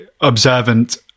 observant